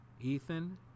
Ethan